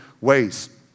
ways